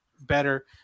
better